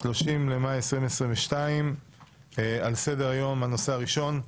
30 במאי 2022. על סדר-היום הנושא הראשון: